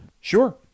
Sure